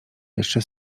jeszcze